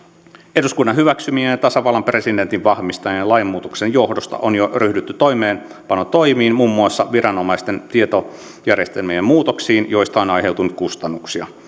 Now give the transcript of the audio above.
eduskunnan hyväksymien ja ja tasavallan presidentin vahvistamien lainmuutosten johdosta on jo ryhdytty toimeenpanotoimiin muun muassa viranomaisten tietojärjestelmien muutoksiin joista on aiheutunut kustannuksia